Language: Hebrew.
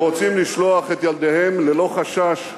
הם רוצים לשלוח את ילדיהם ללא חשש לבתי-הספר.